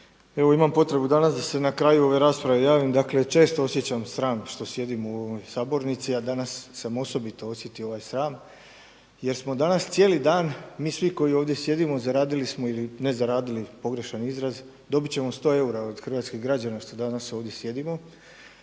Evo imam potrebnu da se danas na kraju ove rasprave javim. Dakle, često osjećam sram što osjećam u ovoj Sabornici a danas sam osobito osjetio ovaj sram jer smo danas cijeli dan mi svi koji ovdje sjedimo zaradili smo ili ne zaradili pogrešan izraz, dobit ćemo 100 eura od hrvatskih građana što danas ovdje sjedimo